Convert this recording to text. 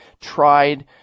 tried